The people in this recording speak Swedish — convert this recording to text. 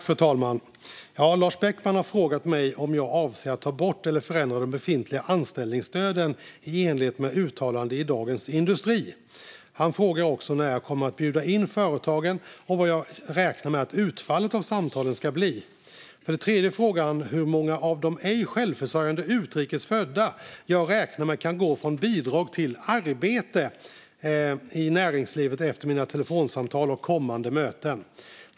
Fru talman! Lars Beckman har frågat mig om jag avser att ta bort eller förändra de befintliga anställningsstöden i enlighet med uttalandet i Dagens industri. Han frågar också när jag kommer att bjuda in företagen och vad jag räknar med att utfallet av samtalen ska bli. För det tredje frågar han hur många av de ej självförsörjande utrikes födda jag räknar med kan gå från bidrag till arbete i näringslivet efter mina telefonsamtal och kommande möten.